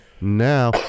now